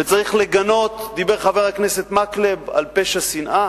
וצריך לגנות, דיבר חבר הכנסת מקלב על פשע שנאה.